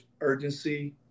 urgency